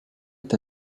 est